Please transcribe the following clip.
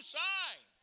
sign